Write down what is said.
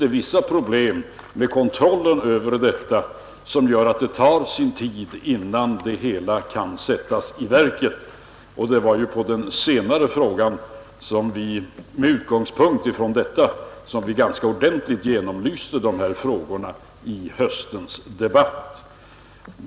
Det finns emellertid vissa kontrollproblem vilka gör att det tar sin tid innan det hela kan sättas i verket, och det var i det senare avseendet som vi med utgångspunkt från detta ganska ordentligt genomlyste dessa frågor vid höstens debatt.